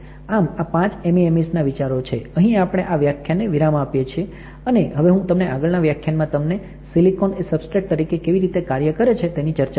આમ આ પાંચ MEMS ના વિચારો છે અહી આપણે આ વ્યાખ્યાન ને વિરામ આપીએ છીએ અને હવે હું તમને આગળના વ્યાખ્યાન માં તમને સિલિકોન એ સબસ્ટ્રેટ તરીકે કેવી રીતે કાર્ય કરે છે તેની ચર્ચા કરીશ